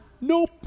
Nope